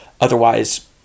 Otherwise